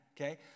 okay